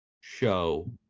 show